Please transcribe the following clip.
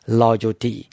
loyalty